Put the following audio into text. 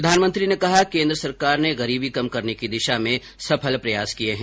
प्रधानमंत्री ने कहा कि केन्द्र सरकार ने गरीबी कम करने की दिशा में सफल प्रयास किये हैं